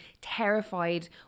terrified